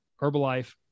Herbalife